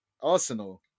Arsenal